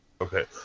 okay